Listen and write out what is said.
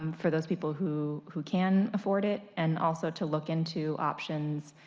um for those people who who can afford it. and also to look into options